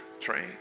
train